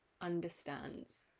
understands